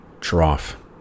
trough